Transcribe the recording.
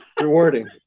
rewarding